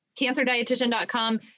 cancerdietitian.com